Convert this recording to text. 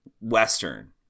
Western